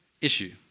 issue